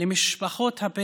כדי לפרנס את משפחותיהם,